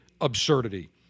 absurdity